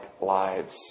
lives